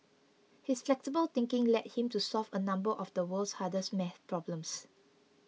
his flexible thinking led him to solve a number of the world's hardest maths problems